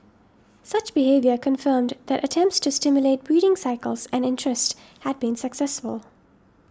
such behaviour confirmed that attempts to stimulate breeding cycles and interest had been successful